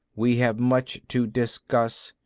we have much to discuss.